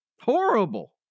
Horrible